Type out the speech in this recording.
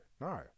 no